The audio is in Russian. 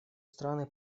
страны